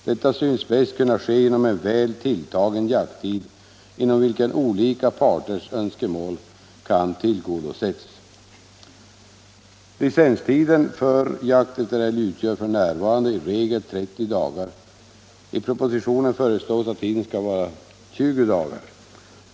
Detta synes bäst kunna ske genom en väl tilltagen jakttid, inom vilken olika parters önskemål kan tillgodoses. föreslås att tiden skall vara 20 dagar.